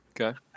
Okay